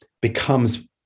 becomes